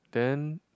then